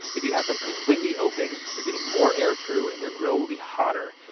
if you have them completely open you're getting more air through and your grill will be hotter.